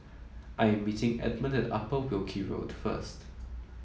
I am meeting Edmond at Upper Wilkie Road first